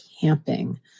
camping